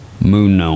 Moon